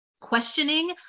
Questioning